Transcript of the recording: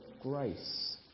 grace